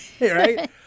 Right